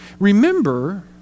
Remember